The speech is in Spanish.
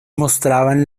mostraban